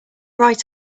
right